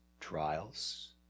trials